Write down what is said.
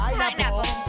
pineapple